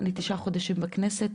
אני תשעה חודשים בכנסת,